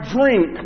drink